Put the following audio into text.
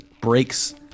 breaks